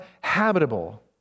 habitable